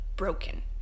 broken